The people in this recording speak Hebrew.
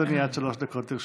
אדוני, עד שלוש דקות לרשותך.